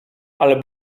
ale